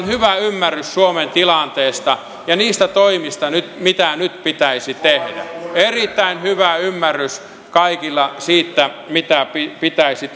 hyvä ymmärrys suomen tilanteesta ja niistä toimista mitä nyt pitäisi tehdä erittäin hyvä ymmärrys kaikilla siitä mitä pitäisi